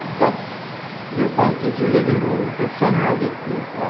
that's your bunk is your living room. the center of it is